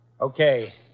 Okay